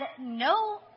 no